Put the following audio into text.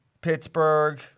Pittsburgh